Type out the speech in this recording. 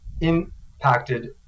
impacted